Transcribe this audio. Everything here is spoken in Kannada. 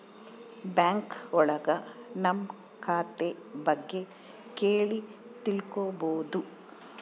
ಬ್ಯಾಂಕ್ ಒಳಗ ನಮ್ ಖಾತೆ ಬಗ್ಗೆ ಕೇಳಿ ತಿಳ್ಕೋಬೋದು